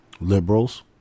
liberals